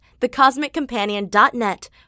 thecosmiccompanion.net